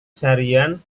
seharian